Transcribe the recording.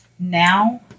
now